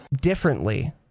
differently